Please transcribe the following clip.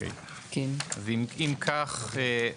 אם כך,